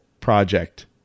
project